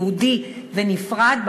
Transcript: ייעודי ונפרד.